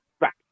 right